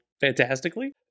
fantastically